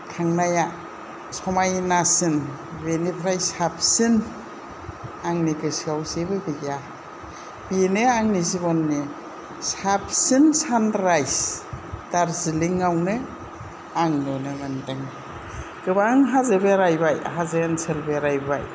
थांनाया समायनासिन बेनिफ्राय साबसिन आंनि गोसोआव जेबो गैया बेनो आंनि जिबननि साबसिन सानरायज दार्जिलींआवनो आं नुनो मोनदों गोबां हाजो बेरायबाय हाजो ओनसोल बेरायबाय